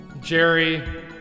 Jerry